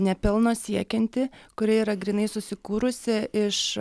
ne pelno siekianti kuri yra grynai susikūrusi iš